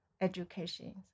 education